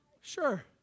Sure